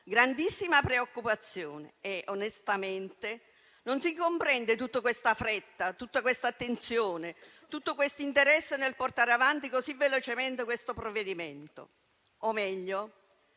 grandissima preoccupazione. Onestamente, non si comprende tutta questa fretta, tutta l'attenzione e tutto l'interesse nel portare avanti così velocemente tale provvedimento; o meglio,